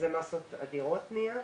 אלה מסות אדירות של פניות.